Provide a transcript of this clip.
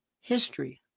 history